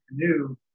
canoe